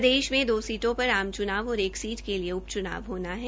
प्रदेश में दो सीटों पर आम च्नाव और एक सीट के लिए उपच्नाव होना है